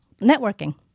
Networking